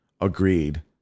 agreed